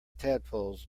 tadpoles